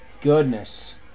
goodness